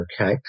Okay